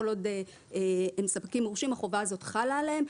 כל עוד הם ספקים מורשים החובה הזאת חלה עליהם,